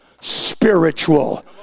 spiritual